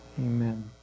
Amen